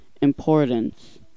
Importance